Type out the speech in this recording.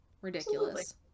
Ridiculous